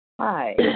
Hi